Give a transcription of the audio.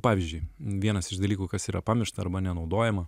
pavyzdžiui vienas iš dalykų kas yra pamiršta arba nenaudojama